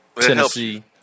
Tennessee